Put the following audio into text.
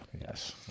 Yes